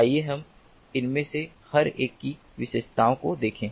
आइए हम इनमें से हर एक की विशेषताओं को देखें